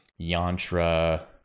Yantra